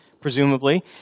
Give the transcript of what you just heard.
presumably